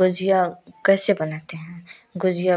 गुजिया कैसे बनाते हैं गुजिया